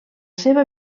seva